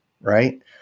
Right